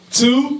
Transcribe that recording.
two